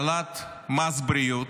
העלאת מס בריאות,